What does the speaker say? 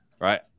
Right